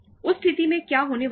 उस स्थिति में क्या होने वाला है